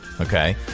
Okay